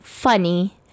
funny